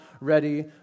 ready